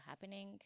happening